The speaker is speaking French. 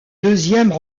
deuxièmes